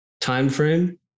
timeframe